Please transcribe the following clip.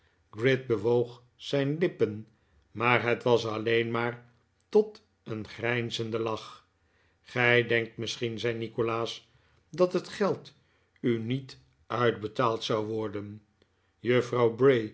gride bewoog zijn lippen maar het was alleen maar tot een grijnzenden lach gij denkt misschien zei nikolaas dat het geld u niet uitbetaald zou worden juffrouw